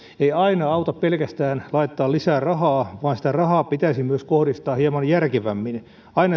ei aina auta pelkästään laittaa lisää rahaa vaan sitä rahaa pitäisi myös kohdistaa hieman järkevämmin